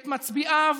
את מצביעיו,